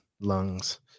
lungs